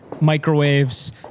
microwaves